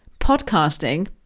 Podcasting